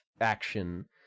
action